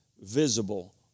visible